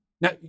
now